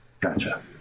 Gotcha